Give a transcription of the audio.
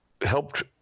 helped